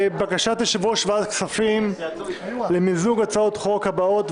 בקשת יושב-ראש ועדת הכספים למיזוג הצעות החוק הבאות,